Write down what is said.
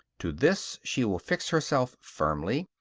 to this she will fix herself firmly,